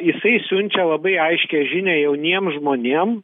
jisai siunčia labai aiškią žinią jauniem žmonėm